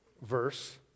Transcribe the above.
verse